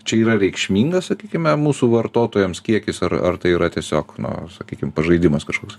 čia yra reikšmingas sakykime mūsų vartotojams kiekis ar ar tai yra tiesiog na sakykim pažaidimas kažkoks